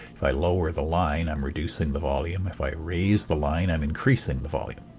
if i lower the line i'm reducing the volume if i raise the line i'm increasing the volume.